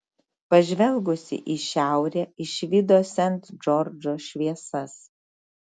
pažvelgusi į šiaurę išvydo sent džordžo šviesas